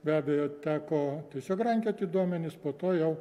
be abejo teko tiesiog rankioti duomenis po to jau